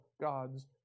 God's